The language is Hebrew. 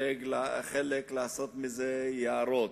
חלק לעשות מזה יערות,